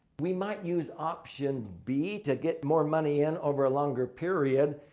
we might use option b to get more money in over a longer period.